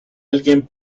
alguien